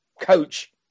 coach